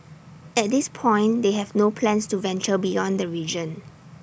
at this point they have no plans to venture beyond the region